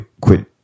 quit